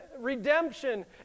redemption